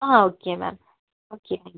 ആ okay ma'am okay